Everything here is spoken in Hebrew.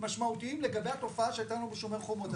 משמעותיים לגבי התופעה שהייתה לנו ב"שומר חומות"?